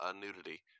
nudity